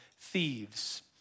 thieves